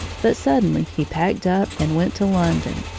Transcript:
but suddenly he packed up and went to london.